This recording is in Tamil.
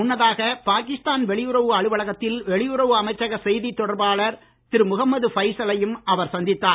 முன்னதாக பாகிஸ்தான் வெளியுறவு அலுவலகத்தில் வெளியுறவு அமைச்சக செய்தித் தொடர்பாளர் திரு முகமது ஃபைசலையும் அவர் சந்தித்தார்